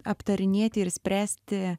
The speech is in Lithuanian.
aptarinėti ir spręsti